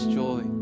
joy